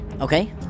Okay